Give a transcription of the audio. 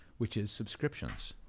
which is subscriptions,